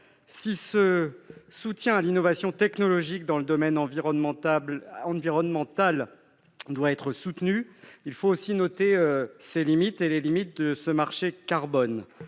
Si ce soutien à l'innovation technologique dans le domaine environnemental doit être soutenu, il faut aussi noter les limites de ce marché carbone.